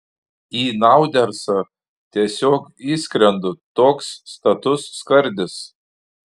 į naudersą tiesiog įskrendu toks status skardis